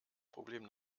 problem